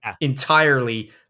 entirely